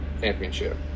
championship